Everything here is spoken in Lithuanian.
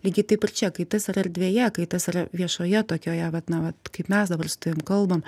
lygiai taip ir čia kai tas yra erdvėje kai tas yra viešoje tokioje vat na vat kaip mes dabar su tavim kalbam